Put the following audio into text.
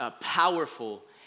powerful